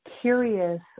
curious